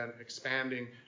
expanding